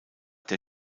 der